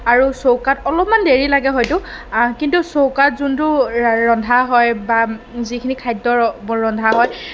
আৰু চৌকাত অলপমান দেৰি লাগে হয়তো কিন্তু চৌকাত যোনটো ৰন্ধা হয় বা যিখিনি খাদ্য ৰন্ধা হয়